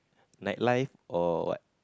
night life or what